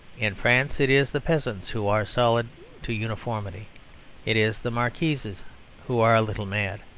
in france it is the peasants who are solid to uniformity it is the marquises who are a little mad.